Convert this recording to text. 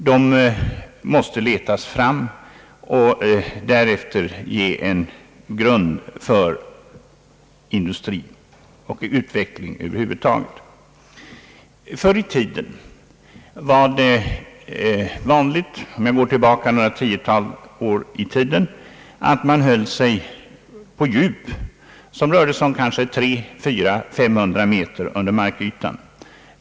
De måste letas fram för att därefter kunna ge en grund för industri och utveckling över huvud taget. Förr i tiden — om vi ser tillbaka några tiotal år — var det vanligt att man utvann mineraler på ett djup av 300, 400 å 500 meter under markytan.